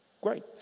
Great